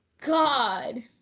God